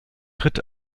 tritt